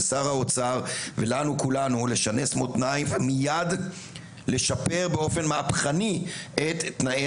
לשר האוצר ולנו כולנו לשנס מותניים ומייד לשפר באופן מהפכני את תנאי